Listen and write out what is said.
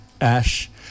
Ash